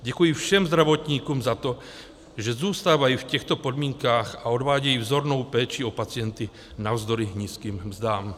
Děkuji všem zdravotníkům za to, že zůstávají v těchto podmínkách a odvádějí vzornou péči o pacienty navzdory nízkým mzdám.